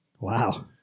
Wow